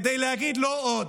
כדי להגיד: לא עוד.